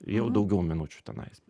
jau daugiau minučių tenais